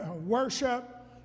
worship